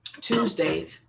Tuesday